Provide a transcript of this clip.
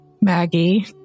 Maggie